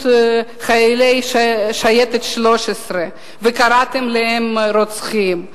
חיילי שייטת 13 וקראתם להם רוצחים.